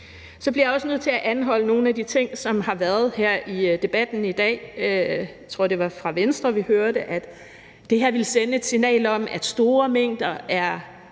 Så bliver jeg også nødt til at anholde nogle af de ting, som er blevet sagt her i debatten i dag. Jeg tror, at det var fra Venstre, vi hørte, at det her ville sende et signal om, at store mængder er